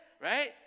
right